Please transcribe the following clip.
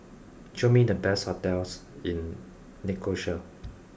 show me the best hotels in Nicosia